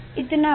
इतना बड़ा